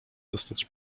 zostać